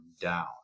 down